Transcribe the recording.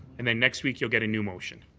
and then next week you'll get a new motion.